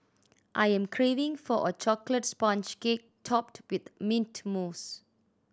I am craving for a chocolate sponge cake topped with mint mousse